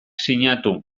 sinatu